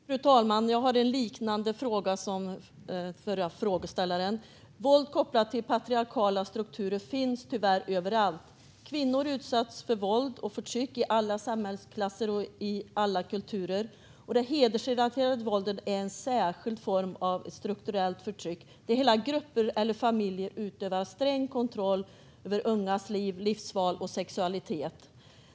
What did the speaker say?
Fru talman! Min fråga liknar den förre frågeställarens. Våld kopplat till patriarkala strukturer finns tyvärr överallt. Kvinnor utsätts för våld och förtryck i alla samhällsklasser och i alla kulturer. Det hedersrelaterade våldet är en särskild form av strukturellt förtryck där hela grupper eller familjer utövar sträng kontroll över ungas liv, livsval och sexualitet.